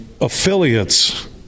affiliates